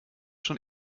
schon